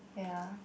ya